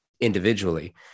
individually